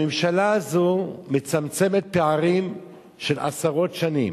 הממשלה הזאת מצמצמת פערים של עשרות שנים.